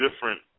Different